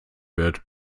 wird